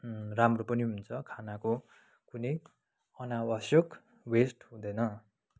राम्रो पनि हुन्छ खानाको पनि अनावश्यक वेस्ट हुँदैन